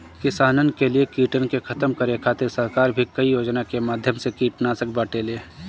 किसानन के लिए कीटन के खतम करे खातिर सरकार भी कई योजना के माध्यम से कीटनाशक बांटेले